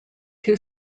two